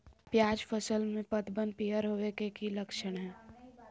प्याज फसल में पतबन पियर होवे के की लक्षण हय?